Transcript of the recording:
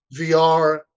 VR